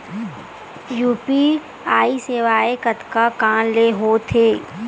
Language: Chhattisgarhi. यू.पी.आई सेवाएं कतका कान ले हो थे?